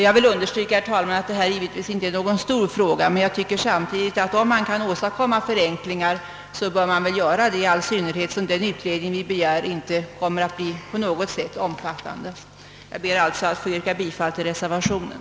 Jag vill understryka att detta givetvis inte är någon stor fråga, men om man kan åstadkomma förenklingar, bör man väl göra det, i all synnerhet som den utredning vi begär inte kommer att bli särskilt omfattande. Jag ber alltså att få yrka bifall till reservationen.